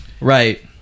Right